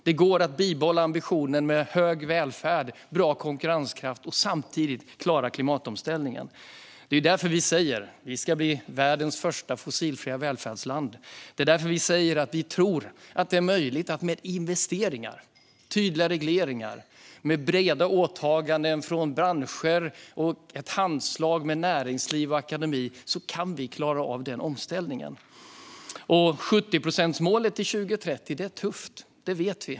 Det går att bibehålla ambitionen att ha god välfärd och bra konkurrenskraft och samtidigt klara klimatomställningen. Det är därför vi säger att vi ska bli världens första fossilfria välfärdsland. Det är därför vi säger att vi med investeringar, tydliga regleringar, breda åtaganden från branscher och ett handslag med näringsliv och akademi kan klara av denna omställning. Vi vet att 70-procentsmålet till 2030 är tufft.